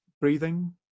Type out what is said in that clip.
breathing